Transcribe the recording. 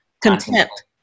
contempt